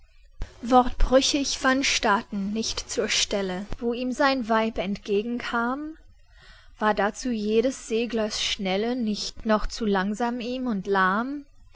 wortbrüchig van straten nicht zur stelle wo ihm sein weib entgegenkam war dazu jedes seglers schnelle nicht noch zu langsam ihm und lahm